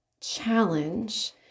challenge